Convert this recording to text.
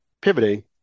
pivoting